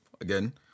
Again